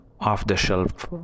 off-the-shelf